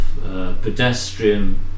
pedestrian